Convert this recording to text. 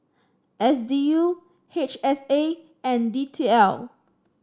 S D U H S A and D T L